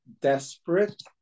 desperate